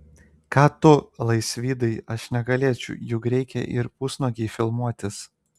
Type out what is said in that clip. ką tu laisvydai aš negalėčiau juk reikia ir pusnuogei filmuotis